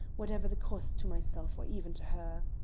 whatever the cost to myself or even to her.